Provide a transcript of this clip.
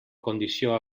condició